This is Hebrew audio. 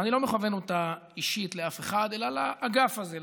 ואני לא מכוון אותה אישית לאף אחד אלא לאגף הזה,